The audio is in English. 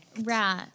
Right